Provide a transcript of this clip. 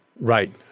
Right